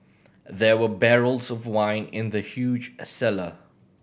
there were barrels of wine in the huge cellar